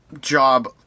job